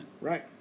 Right